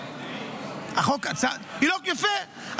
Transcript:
יפה.